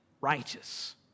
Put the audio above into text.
righteous